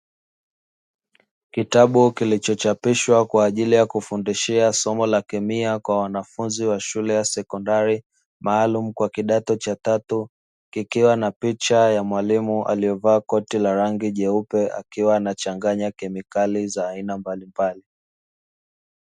Kitabu kilichochapishwa kwa ajili ya kufundishia somo la kemia kwa wanafunzi wa shule ya sekondari, maalumu kwa kidato cha tatu, kikiwa na picha ya mwalimu aliyovaa koti la rangi nyeupe akiwa anachanganya kemikali za aina mbalimbali.